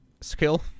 skill